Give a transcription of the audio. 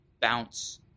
bounce